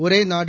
ஒரே நாடு